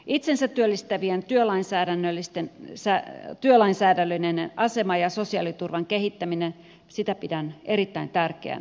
itsensä työllistävien työlainsäädännöllisen aseman ja sosiaaliturvan kehittämistä pidän erittäin tärkeänä